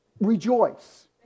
rejoice